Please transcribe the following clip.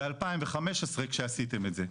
ב-2015 כשעשיתם את זה.